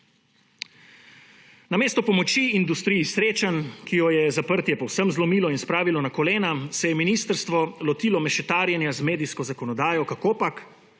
Namesto pomoči industriji srečanj, ki jo je zaprtje povsem zlomilo in spravilo na kolena, se je ministrstvo lotilo mešetarjenja z medijsko zakonodajo, kakopak